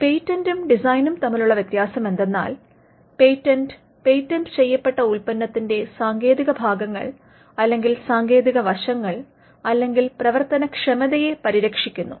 പേറ്റന്റും ഡിസൈനും തമ്മിലുള്ള വ്യത്യാസം എന്തെന്നാൽ പേറ്റന്റ് പേ റ്റന്റ് ചെയ്യപ്പെട്ട ഉൽപന്നത്തിന്റെ സാങ്കേതിക ഭാഗങ്ങൾ അല്ലെങ്കിൽ സാങ്കേതിക വശങ്ങൾ അല്ലെങ്കിൽ പ്രവർത്തനക്ഷമതയെ പരിരക്ഷിക്കുന്നു